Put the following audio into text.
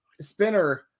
Spinner